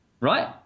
Right